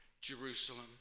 Jerusalem